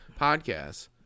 podcasts